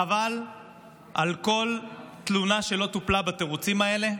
חבל על כל תלונה שלא טופלה בתירוצים האלה.